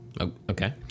Okay